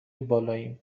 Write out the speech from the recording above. بالاییم